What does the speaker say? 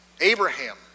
Abraham